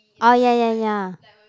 orh ya ya ya